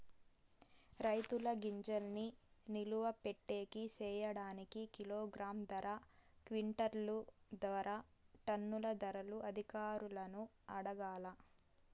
రైతుల గింజల్ని నిలువ పెట్టేకి సేయడానికి కిలోగ్రామ్ ధర, క్వింటాలు ధర, టన్నుల ధరలు అధికారులను అడగాలా?